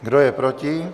Kdo je proti?